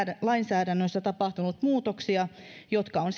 lainsäädännössä tapahtunut muutoksia jotka on